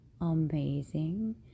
amazing